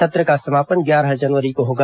सत्र का समापन ग्यारह जनवरी को होगा